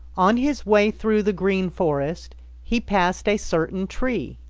on his way through the green forest he passed a certain tree.